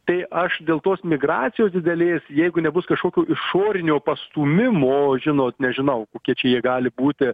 tai aš dėl tos migracijos didelės jeigu nebus kažkokio išorinio pastūmimo žinot nežinau kokie čia jie gali būti